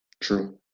True